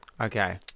Okay